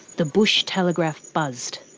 the bush telegraph buzzed.